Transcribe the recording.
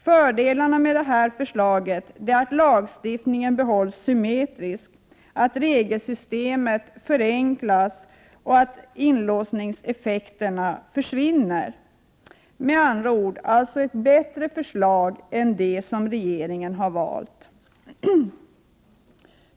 Fördelarna med detta förslag är att lagstiftningen behålls symmetrisk, att regelsystemet förenklas och att inlåsningseffekterna försvinner. Med andra ord ett bättre förslag än det som regeringen har valt.